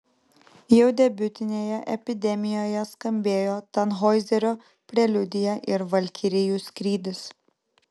jau debiutinėje epidemijoje skambėjo tanhoizerio preliudija ir valkirijų skrydis